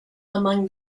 among